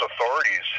authorities